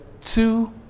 two